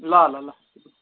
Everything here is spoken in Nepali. ल ल ल